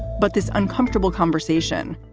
but this uncomfortable conversation,